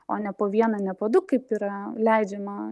o ne po vieną ne po du kaip yra leidžiama